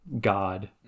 God